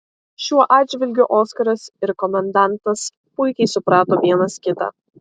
šiuo atžvilgiu oskaras ir komendantas puikiai suprato vienas kitą